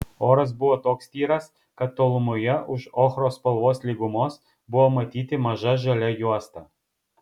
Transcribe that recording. oras buvo toks tyras kad tolumoje už ochros spalvos lygumos buvo matyti maža žalia juosta